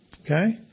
Okay